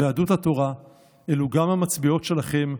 ביהדות התורה: אלו גם המצביעות שלכם,